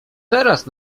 teraz